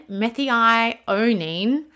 methionine